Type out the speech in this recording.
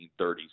1930s